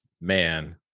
man